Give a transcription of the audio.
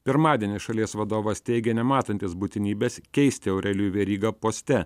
pirmadienį šalies vadovas teigė nematantis būtinybės keisti aurelijų verygą poste